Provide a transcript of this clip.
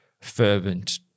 fervent